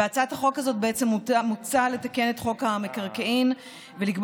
בהצעת החוק הזאת מוצע לתקן את חוק המקרקעין ולקבוע